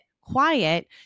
quiet